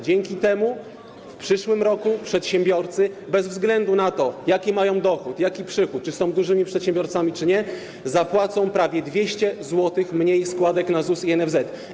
Dzięki temu w przyszłym roku przedsiębiorcy bez względu na to, jaki mają dochód, jaki przychód, czy są dużymi przedsiębiorcami, czy nie, zapłacą prawie 200 zł mniej składek na ZUS i NFZ.